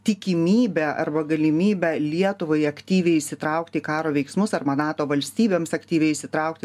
tikimybę arba galimybę lietuvai aktyviai įsitraukti į karo veiksmus arba nato valstybėms aktyviai įsitraukti